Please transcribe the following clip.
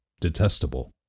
detestable